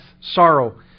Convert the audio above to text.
sorrow